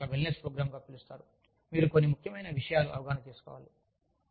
మీరు దీనిని ఒక వెల్నెస్ ప్రోగ్రామ్ గా పిలుస్తారు మీరు కొన్ని ముఖ్యమైన విషయాలు అవగాహన చేసుకోవాలి